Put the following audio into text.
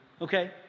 okay